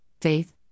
faith